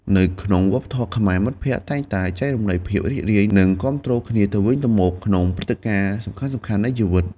នៅក្នុងវប្បធម៌ខ្មែរ មិត្តភក្តិតែងតែចែករំលែកភាពរីករាយ និងគាំទ្រគ្នាទៅវិញទៅមកក្នុងព្រឹត្តិការណ៍សំខាន់ៗនៃជីវិត។